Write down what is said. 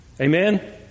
Amen